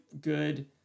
good